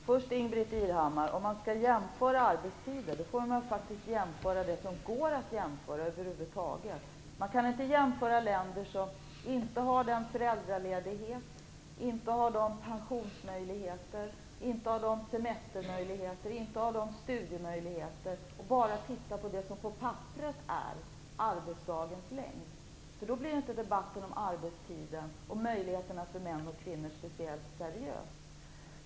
Herr talman! Ingbritt Irhammar, om man skall jämföra arbetstider får man faktiskt jämföra med sådant som man över huvud taget kan jämföra med. Man kan inte jämföra med länder som inte har samma föräldraledighet, pensionsmöjligheter, semestermöjligheter och studiemöjligheter och bara titta på det som papperet är arbetsdagens längd. Då blir inte debatten om arbetstiden och om möjligheterna för män och kvinnor speciellt seriös.